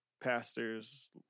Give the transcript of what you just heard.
pastors